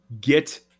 Get